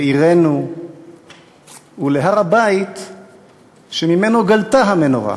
לעירנו ולהר-הבית שממנו גלתה המנורה.